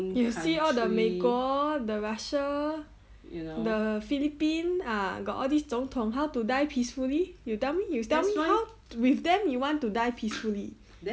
you see all the 美国 the russia the philippines ah got all these 中统 how to die peacefully you tell me you tell me how with them you want to die peacefully